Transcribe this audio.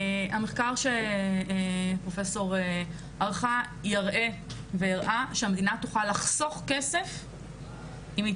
המחקר שהפרופ' ערכה יראה שהמדינה תוכל לחסוך כסף אם היא